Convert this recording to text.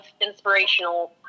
inspirational